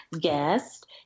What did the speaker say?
guest